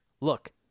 Look